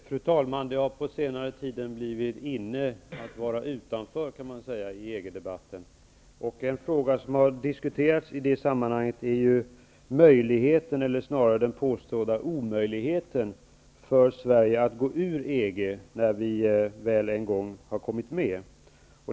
Fru talman! Det har på senare tid blivit inne att vara utanför i EG-debatten, så att säga. En fråga som diskuterats i det sammanhanget är möjligheten, eller snarare den påstådda omöjligheten, för Sverige att gå ur EG när vi väl en gång har kommit med.